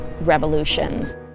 revolutions